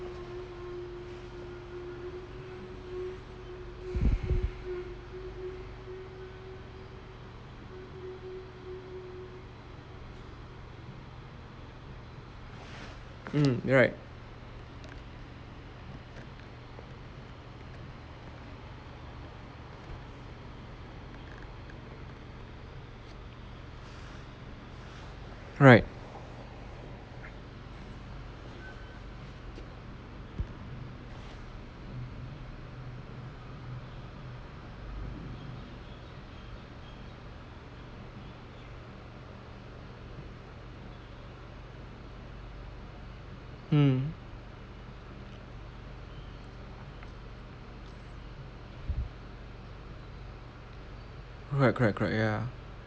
mm you're right right mm correct correct correct ya